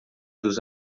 dos